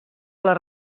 les